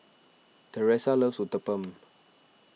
Thresa loves Uthapam